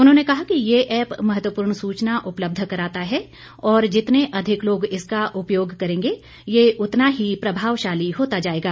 उन्होंने कहा कि यह ऐप महत्वपूर्ण सूचना उपलब्ध कराता है और जितने अधिक लोग इसका उपयोग करेंगे यह उतना ही प्रभावशाली होता जाएगा